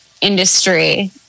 industry